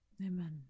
Amen